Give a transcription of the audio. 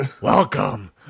Welcome